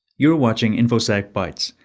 you're watching infosec bytes,